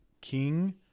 King